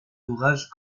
ouvrages